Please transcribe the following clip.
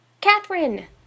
Catherine